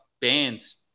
bands